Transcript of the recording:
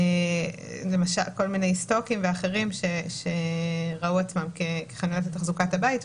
כל מיני סטוקים ואחרים שראו את עצמם כחנויות לתחזוקת הבית.